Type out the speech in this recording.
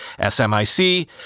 SMIC